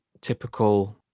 typical